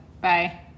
Bye